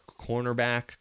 cornerback